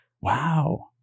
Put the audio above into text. Wow